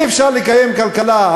אי-אפשר לקיים כלכלה.